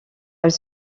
elle